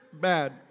bad